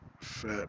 fat